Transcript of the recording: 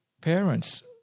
parents